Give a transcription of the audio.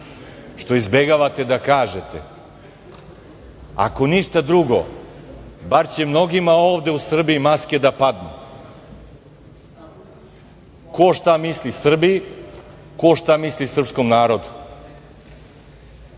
što izbegavate da kažete, ako ništa drugo, bar će mnogima ovde u Srbiji maske da padnu, ko šta misli Srbiji, ko šta misli srpskom narodu.